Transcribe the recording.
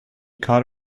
caught